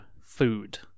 food